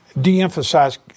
de-emphasize